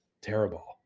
terrible